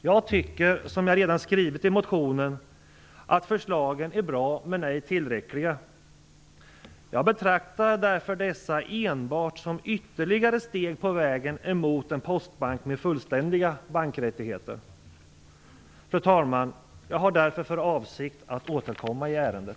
Jag tycker, som jag skrivit i motionen, att förslagen är bra men ej tillräckliga. Jag betraktar därför förslagen som enbart ytterligare steg på vägen mot en postbank med fullständiga bankrättigheter. Fru talman! Jag har därför för avsikt att återkomma i ärendet.